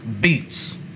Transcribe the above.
beats